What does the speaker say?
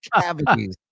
cavities